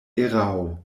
erao